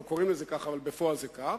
לא קוראים לזה כך אבל בפועל זה כך,